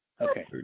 Okay